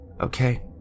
Okay